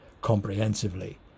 comprehensively